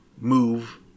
move